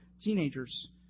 teenagers